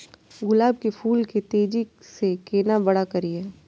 गुलाब के फूल के तेजी से केना बड़ा करिए?